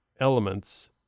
elements